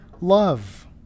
love